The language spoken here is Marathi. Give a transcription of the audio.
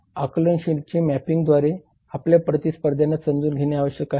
आकलनशील मॅपिंगद्वारे आपल्या प्रतिस्पर्ध्यांना समजून घेणे आवश्यक आहे